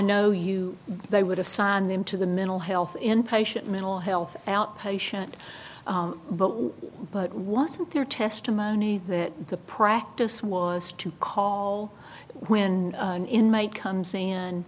know you they would assign them to the mental health inpatient mental health outpatient what wasn't their testimony that the practice was to call when an inmate comes in